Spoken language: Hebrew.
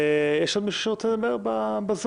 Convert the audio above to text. יש עוד מישהו שרוצה לדבר בזום,